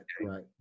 right